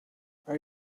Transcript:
are